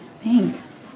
Thanks